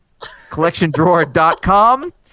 collectiondrawer.com